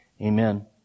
Amen